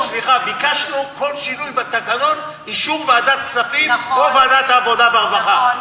ביקשנו על כל שינוי בתקנון אישור ועדת הכספים או ועדת העבודה והרווחה.